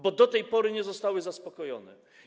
Bo do tej pory nie zostały zaspokojone.